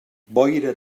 boira